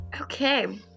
okay